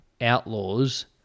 outlaws